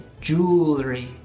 Jewelry